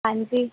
ਹਾਂਜੀ